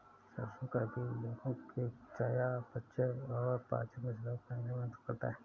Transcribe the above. सरसों का बीज लोगों के चयापचय और पाचन में सुधार करने में मदद करता है